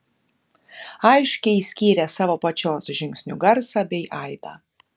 aiškiai skyrė savo pačios žingsnių garsą bei aidą